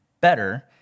better